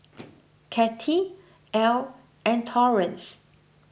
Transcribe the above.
Kathy Ell and Torrance